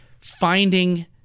finding